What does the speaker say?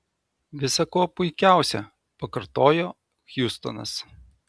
visa kuo puikiausia pakartojo hjustonas